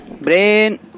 Brain